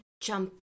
jump